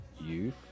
youth